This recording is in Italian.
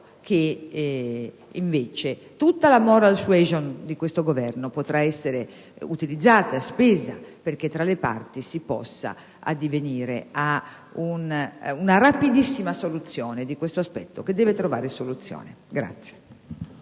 che tutta la *moral suasion* di questo Governo potrà essere utilizzata e spesa perché tra le parti si possa addivenire a una rapidissima soluzione su un aspetto che deve trovare una